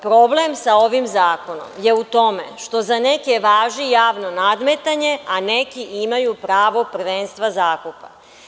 Problem sa ovim zakonom je u tome što za neke važi javno nadmetanje a neki imaju pravo prvenstva zakupa.